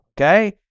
okay